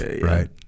right